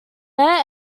there